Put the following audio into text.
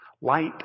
Light